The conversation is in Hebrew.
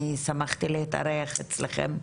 אני שמעתי להתארח אצלכם.